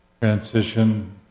transition